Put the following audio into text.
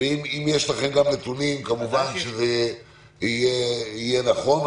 יש לכם נתונים, כמובן שזה יהיה נכון.